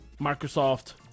Microsoft